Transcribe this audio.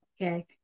okay